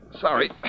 Sorry